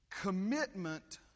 Commitment